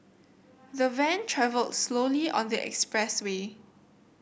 the van travelled slowly on the expressway